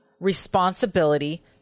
responsibility